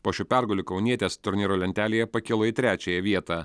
po šių pergalių kaunietės turnyro lentelėje pakilo į trečiąją vietą